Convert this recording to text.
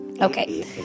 Okay